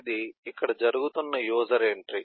ఇది ఇక్కడ జరుగుతున్న యూజర్ ఎంట్రీ